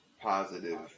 positive